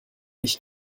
ich